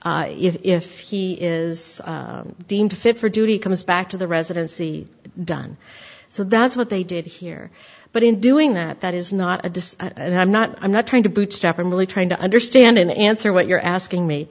if he is deemed fit for duty comes back to the residency done so that's what they did here but in doing that that is not a disk and i'm not i'm not trying to bootstrap i'm really trying to understand in answer what you're asking me